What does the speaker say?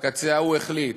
בקצה ההוא, החליט